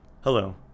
Hello